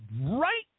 right